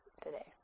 today